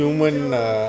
human lah